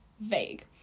vague